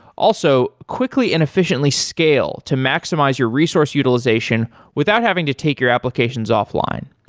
also, quickly and efficiently scale to maximize your resource utilization without having to take your applications offline.